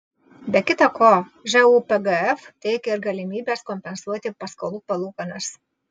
be kita ko žūpgf teikia ir galimybes kompensuoti paskolų palūkanas